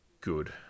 good